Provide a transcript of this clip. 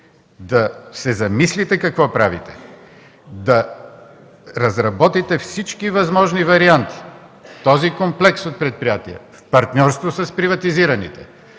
да се замислите какво правите, да разработите всички възможни варианти този комплекс от предприятия в партньорство с приватизираните,